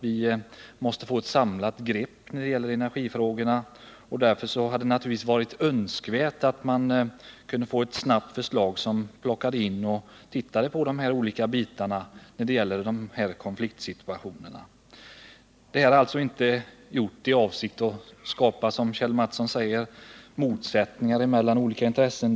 Vi måste få ett samlat grepp över energifrågorna. Därför hade det naturligtvis varit önskvärt att snabbt få ett förslag där de här konfliktsituationerna tas upp. Vår avsikt är alltså inte att, som Kjell Mattsson gör gällande, skapa motsättningar mellan olika intressen.